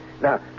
Now